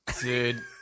Dude